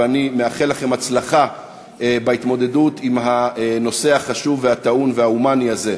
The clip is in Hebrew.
ואני מאחל לכם הצלחה בהתמודדות עם הנושא החשוב והטעון וההומני הזה.